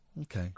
Okay